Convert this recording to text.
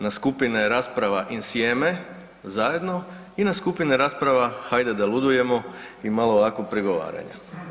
Na skupine rasprava „Insieme“ (“Zajedno“) i na skupine rasprava „Hajde da ludujemo“ i malo ovako prigovaranja.